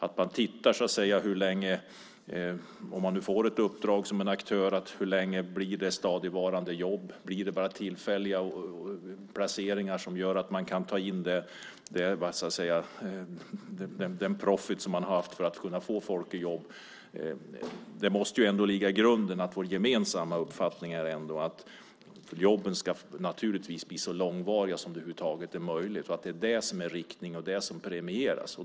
Om någon får ett uppdrag som aktör måste man titta på hur länge det blir stadigvarande jobb. Blir det bara tillfälliga placeringar som gör att man kan ta in den profit som man har haft för att kunna få folk i jobb? Det måste ändå vara grunden att vår gemensamma uppfattning är att jobben naturligtvis ska bli så långvariga som det över huvud taget är möjligt och att det är detta som är inriktningen och att det är detta som premieras.